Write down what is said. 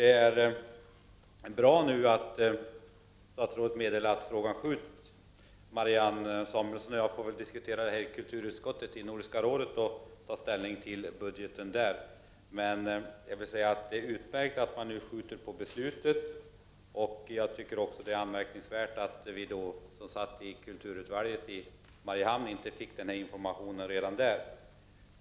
Det är bra att statsrådet nu säger att frågan skjuts framåt i tiden. Marianne Samuelsson och jag får väl diskutera denna fråga i kulturutskottet i Nordiska rådet och ta ställning till budgeten där. Men det är utmärkt att man skjuter — Prot. 1989/90:34 upp beslutet. : 28 november 1989 Jag anser emellertid att det är anmärkningsvärt att vi som satt i kulturut=== 2 valget i Mariehamn inte fick denna information redan där.